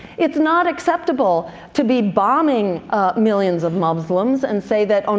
it's not acceptable to be bombing millions of muslims and say that, um